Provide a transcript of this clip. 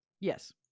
Yes